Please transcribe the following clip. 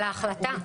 על ההחלטה.